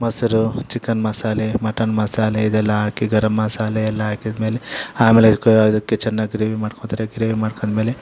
ಮೊಸರು ಚಿಕನ್ ಮಸಾಲೆ ಮಟನ್ ಮಸಾಲೆ ಇದೆಲ್ಲ ಹಾಕಿ ಗರಮ್ ಮಸಾಲೆ ಎಲ್ಲ ಹಾಕಿದ್ಮೇಲೆ ಆಮೇಲೆ ಅದಕ್ಕೆ ಅದಕ್ಕೆ ಚೆನ್ನಾಗಿ ಗ್ರೇವಿ ಮಾಡ್ಕೊಳ್ತಾರೆ ಗ್ರೇವಿ ಮಾಡ್ಕೊಂಡ್ಮೇಲೆ